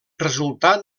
resultat